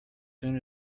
soon